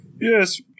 Yes